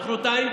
מוחרתיים,